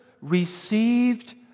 received